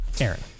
Aaron